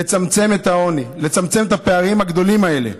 לצמצם את העוני, לצמצם את הפערים הגדולים האלה.